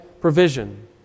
provision